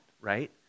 right